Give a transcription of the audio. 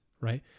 right